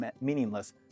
meaningless